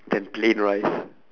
than plain rice